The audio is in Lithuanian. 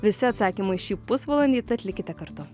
visi atsakymai šį pusvalandį tad likite kartu